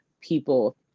people